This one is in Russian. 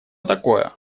такое